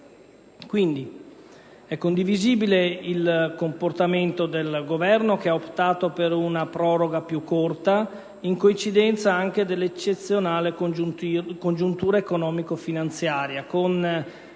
quindi condivisibile il comportamento del Governo, che ha optato per una proroga più corta, in coincidenza anche dell'eccezionale congiuntura economico-finanziaria, con la